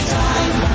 time